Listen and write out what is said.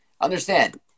understand